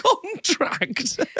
contract